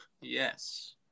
Yes